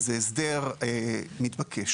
זה הסדר מתבקש.